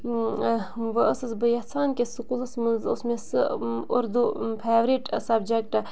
وٕ ٲسٕس بہٕ یَژھان کہِ سکوٗلَس منٛز اوس مےٚ سُہ اُردو فیورِٹ سَبجَکٹ